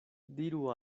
diru